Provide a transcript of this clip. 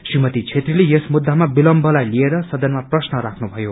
श्रीमती छेत्रीले यस मुद्दामा विलम्बलाई लिएर सदनमा प्रश्न राख्नु भयो